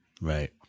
Right